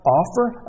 offer